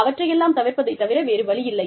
அவற்றை எல்லாம் தவிர்ப்பதைத் தவிர வேறு வழியில்லை